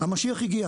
המשיח הגיע.